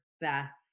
best